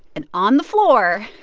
and on the floor,